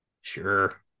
Sure